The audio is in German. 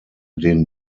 den